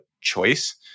choice